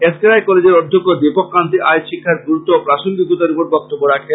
S K Roy কলেজের অধ্যক্ষ দীপক কান্তি আইচ শিক্ষার গুরুতু এবং প্রাসঙ্গিকতার উপর বক্তব্য রাখেন